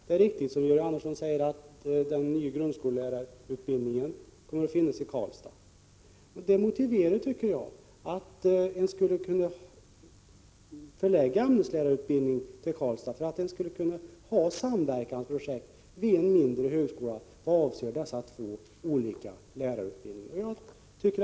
Det är riktigt som Georg Andersson säger att den nya grundskollärarutbildningen kommer att finnas i Karlstad. Det tycker jag motiverar att ämneslärarutbildningen borde finnas i Karlstad. Då skulle man kunna ha samverkansprojekt vid en mindre högskola avseende dessa två olika lärarutbildningar.